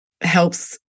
helps